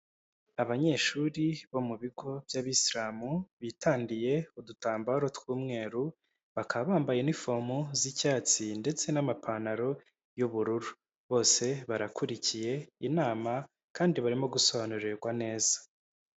Abanyeshuri bo mu bigo by'abisilamu bi bitandiye udutambaro tw'umweru bakaba bambaye n'ifomu z'icyatsi ndetse n'amapantaro y'ubururu, bose barakurikiye inama kandi barimo gusobanurirwa neza.